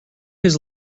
his